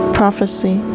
prophecy